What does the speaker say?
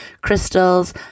crystals